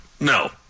No